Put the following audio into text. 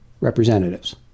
representatives